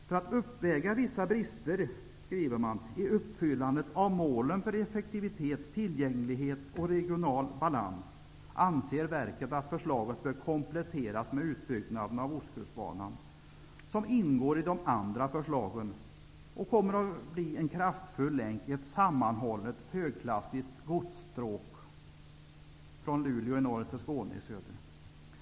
För att uppväga vissa brister i uppfyllandet av målen för effektivitet, tillgänglighet och regional balans anser verket att förslaget bör kompletteras med utbyggnaden av Ostkustbanan, som ingår i de andra förslagen och som kommer att kunna bli en kraftfull länk i ett sammanhållet högklassigt godsstråk från Luleå i norr till Skåne i söder.